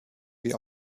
wir